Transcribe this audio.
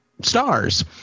stars